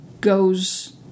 goes